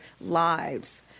lives